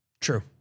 true